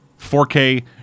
4K